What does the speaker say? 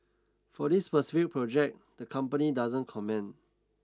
for this specific project the company doesn't comment